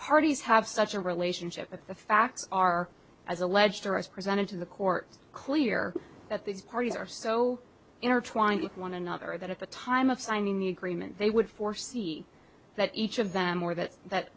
parties have such a relationship but the facts are as alleged or as presented to the court clear that these parties are so intertwined with one another that at the time of signing the agreement they would foresee that each of them or that that